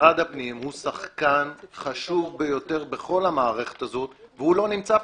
משרד הפנים הוא שחקן חשוב ביותר בכל המערכת הזאת והוא לא נמצא פה.